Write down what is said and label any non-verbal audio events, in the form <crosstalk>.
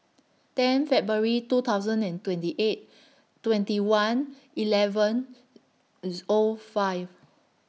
ten February two thousand and twenty eight twenty one eleven <unintelligible> O five